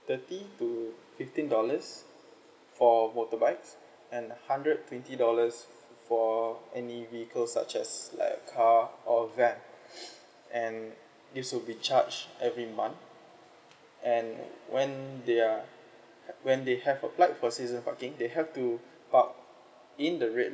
thirty to fifteen dollars for motorbikes and hundred twenty dollars for for any vehicles such as like a car or van and you should be charged every month and when they are ha~ when they have applied for season parking they have to park in the red